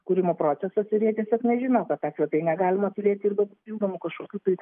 kūrimo procesas ir jie tiesiog nežino kad tą svetainę galima turėti ir be papildomų kažkokių tai